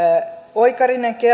oikarinen